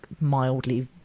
mildly